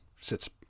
sits